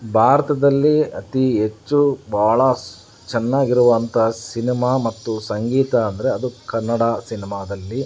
ಭಾರತದಲ್ಲಿ ಅತಿ ಹೆಚ್ಚು ಭಾಳ ಸ ಚೆನ್ನಾಗಿರುವಂಥ ಸಿನಿಮಾ ಮತ್ತು ಸಂಗೀತ ಅಂದರೆ ಅದು ಕನ್ನಡ ಸಿನಿಮಾದಲ್ಲಿ